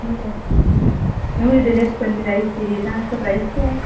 मिल जाएगा मैम मुझे deluxe ponni rice चाहिए था उसका प्राइस क्या है